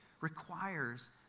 requires